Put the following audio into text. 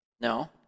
No